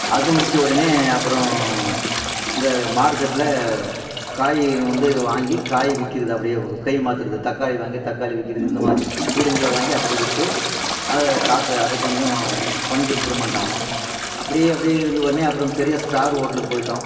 அது முடித்த உடனே அப்புறம் இந்த மார்க்கெட்டில் காயிங்க வந்து வாங்கி காய் விற்கிறது அப்படியே ஒ கை மாற்றுறது தக்காளி வாங்கி தக்காளி விற்கிறது இந்த மாரி கூடைங்களை வாங்கி அப்படி விற்று அதை காசை அது கொஞ்சம் கொஞ்சம் இம்ப்ரூமெண்ட் ஆனோம் அப்படியே அப்படியே இருந்த உடனே அப்புறம் பெரிய ஸ்டார் ஹோட்டலுக்கு போயிட்டோம்